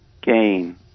gain